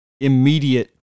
immediate